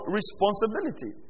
Responsibility